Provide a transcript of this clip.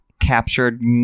Captured